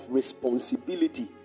responsibility